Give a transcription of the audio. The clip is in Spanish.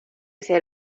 ser